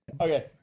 Okay